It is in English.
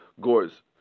gores